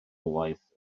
waith